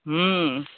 ᱦᱮᱸᱻ